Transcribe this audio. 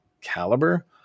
caliber